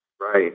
Right